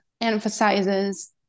emphasizes